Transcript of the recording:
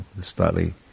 slightly